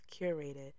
curated